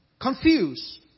confused